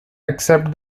accept